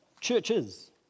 churches